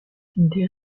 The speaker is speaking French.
des